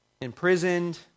imprisoned